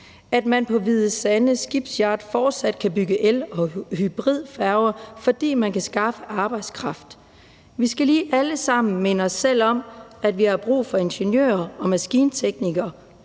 at man på Hvide Sande Shipyard fortsat kan bygge el- og hybridfærger, fordi man kan skaffe arbejdskraft. Vi skal dog alle sammen også lige minde os selv om, at vi ikke kun har brug for ingeniører og maskinteknikere